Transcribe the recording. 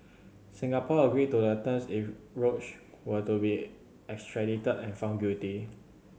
Singapore agreed to the terms if Roach were to be extradited and found guilty